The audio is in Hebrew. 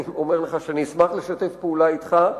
שאני אשמח לשתף אתך פעולה,